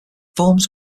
forms